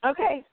Okay